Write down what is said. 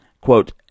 quote